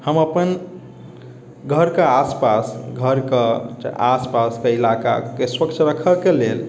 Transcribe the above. हम अपन घरके आस पास घरके आस पासके इलाकाके स्वच्छ रखऽके लेल